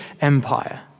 Empire